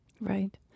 Right